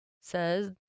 says